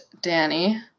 Danny